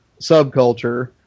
subculture